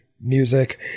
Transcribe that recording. music